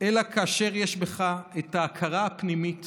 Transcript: אלא כאשר יש בך את ההכרה הפנימית